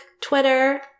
Twitter